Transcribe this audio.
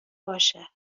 باشه